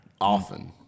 often